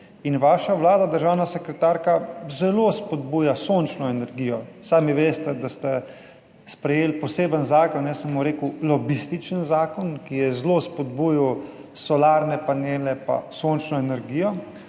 vaša vlada, državna sekretarka, zelo spodbuja sončno energijo. Sami veste, da ste sprejeli poseben zakon, jaz sem mu rekel lobističen zakon, ki je zelo spodbujal solarne panele in sončno energijo,